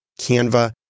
Canva